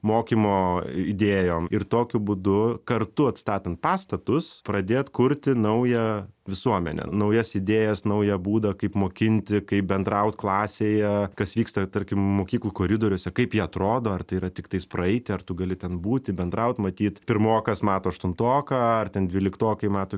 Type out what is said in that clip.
mokymo idėjom ir tokiu būdu kartu atstatant pastatus pradėt kurti naują visuomenę naujas idėjas naują būdą kaip mokinti kaip bendraut klasėje kas vyksta tarkim mokyklų koridoriuose kaip jie atrodo ar tai yra tiktais praeiti ar tu gali ten būti bendraut matyt pirmokas mato aštuntoką ar ten dvyliktokai mato